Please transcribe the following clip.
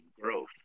growth